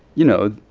you know,